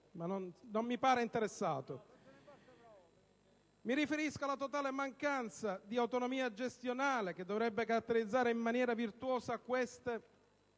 non mi pare interessato. Mi riferisco alla totale mancanza di autonomia gestionale che dovrebbe caratterizzare in maniera virtuosa queste